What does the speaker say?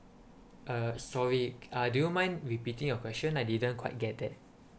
uh sorry uh do you mind repeating your question I didn't quite get then